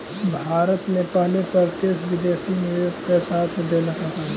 भारत ने पहले प्रत्यक्ष विदेशी निवेश का साथ न देलकइ हल